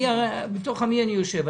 בתוך עמי אני יושב.